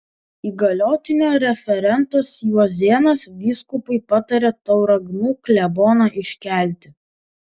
įgaliotinio referentas juozėnas vyskupui patarė tauragnų kleboną iškelti